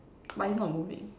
but it's not moving